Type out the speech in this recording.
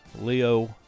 Leo